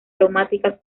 aromáticas